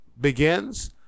Begins